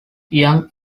young